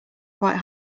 quite